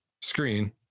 screen